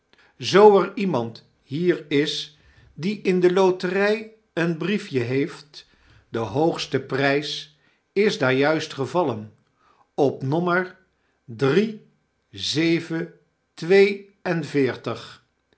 zoo er iemand hier is die in de lotery een briefje heeft de hoogste prys is daarjuistgevallenop nommer drie zeven twee en veertig